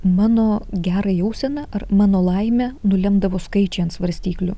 mano gerą jauseną ar mano laimę nulemdavo skaičiai ant svarstyklių